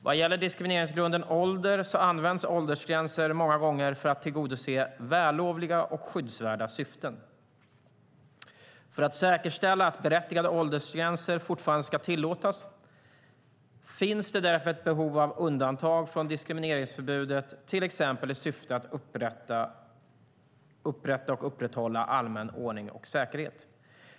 Vad gäller diskrimineringsgrunden ålder används åldersgränser många gånger för att tillgodose vällovliga och skyddsvärda syften. För att säkerställa att berättigade åldersgränser fortfarande ska tillåtas finns därför ett behov av undantag från diskrimineringsförbudet, till exempel i syfte att upprätta och upprätthålla allmän ordning och säkerhet.